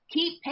Keep